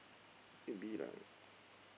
it'll be like